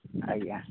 ଆଜ୍ଞା